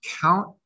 count